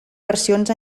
versions